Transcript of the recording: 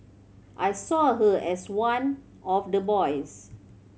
I saw her as one of the boys